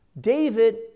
David